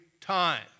time